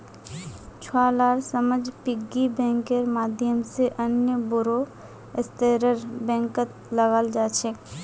छुवालार समझ पिग्गी बैंकेर माध्यम से अन्य बोड़ो स्तरेर बैंकत लगाल जा छेक